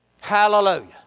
Hallelujah